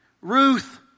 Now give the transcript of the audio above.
Ruth